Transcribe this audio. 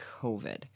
COVID